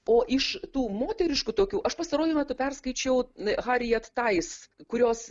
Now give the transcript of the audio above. o iš tų moteriškų tokių aš pastaruoju metu perskaičiau hariat tais kurios